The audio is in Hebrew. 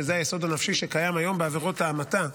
שזה היסוד הנפשי שקיים היום בעבירות ההמתה,